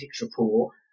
report